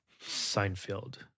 Seinfeld